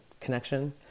connection